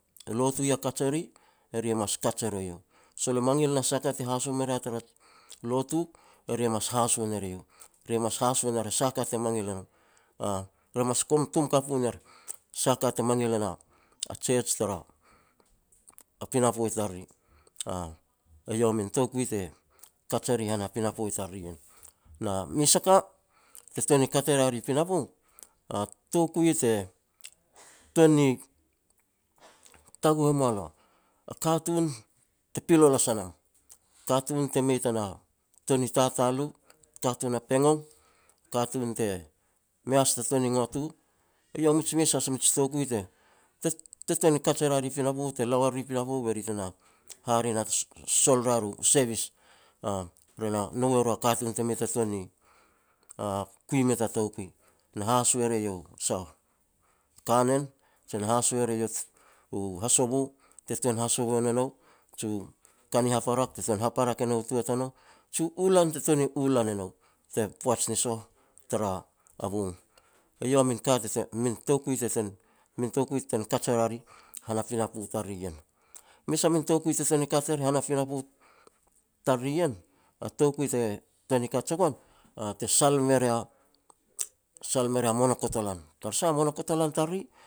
U lotu ya kaj eri, eri e mas kat se ru iau. Sol e mangil na sah a ka te haso me ria tara lotu, eri e mas haso ner eiau. Ri e mas haso ner a sah a ka te mangil e nou, aah. Re mas kum tom kapu ner sah a ka te mangil e na Church tara pinapo i tariri. Eiau a min toukui te kaj e ri han a pinapo i tariri ien. Na mes a ka te tuan ni kat e ria ri pinapo, a toukui te tuan ni taguh e mua lo a katun te pilolas a nam, katun te mei tana, tuan ni tatal u, katun a pegon, katun te mei has ta tuan ni ngot u. Eiau has a mij mes a mij toukui te-te-te tuan ni kaj e ria ri pinapo te la wa riri pinapo be ri te na, hare na, sol ria ru service, aah. Re na no e ru a katun te mei ta tuan ni kui mea ta toukui, na haso e re eiau sah, kanen, je na haso e re iau u hasovo, te tuan hasovo ne nou, jiu ka ni haparak te tuan ni haparak me nau tua tanou, jiu ulan te tuan ulan e nou ta-tara poaj ni soh, tara a-a bong. Eiau a min ka te ten min toukui te ten-min toukui te ten ni kaj e ria ri han a pinapo tariri ien. Mes a min toukui te ten kat e ria han a pinapo tariri ien, toukui te tuan ni kaj e goan, te sal me ria, sal me ria monakotolan. Tara sah monakotolan tariri